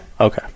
Okay